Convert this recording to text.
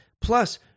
Plus